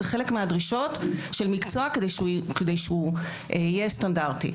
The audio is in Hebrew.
זה חלק מהדרישות של מקצוע כדי שהוא יהיה סטנדרטי.